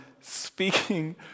speaking